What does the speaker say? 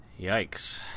yikes